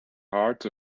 hearts